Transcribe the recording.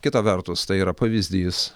kita vertus tai yra pavyzdys